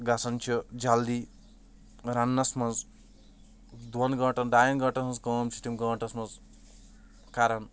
گَژھان چھِ جَلدی رَننَس منٛز دۄن گٲنٛٹَن ڈایَن گٲنٛٹَن ہٕنٛز کٲم چھِ تِم گٲنٛٹَس منٛز کَران